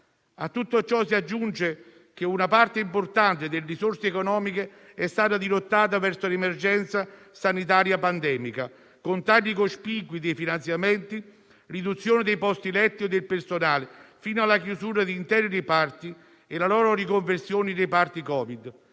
A tutto ciò si aggiunga che una parte importante delle risorse economiche è stata dirottata verso l'emergenza sanitaria pandemica, con tagli cospicui dei finanziamenti, riduzione dei posti letto e del personale, fino alla chiusura di interi reparti e la loro riconversione in reparti Covid.